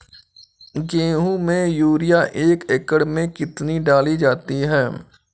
गेहूँ में यूरिया एक एकड़ में कितनी डाली जाती है?